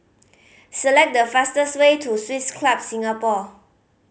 select the fastest way to Swiss Club Singapore